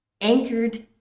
anchored